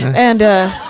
and